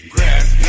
Grass